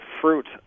fruit